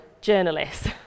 journalists